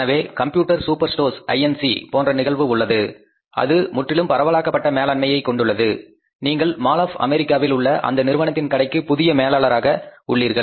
எனவே computer super stores Inc போன்ற நிகழ்வு உள்ளது அது முற்றிலும் பரவலாக்கப்பட்ட மேலாண்மையை கொண்டுள்ளது நீங்கள் மால் ஆப் அமெரிக்காவில் உள்ள அந்த நிறுவனத்தின் கடைக்கு புதிய மேலாளராக உள்ளீர்கள்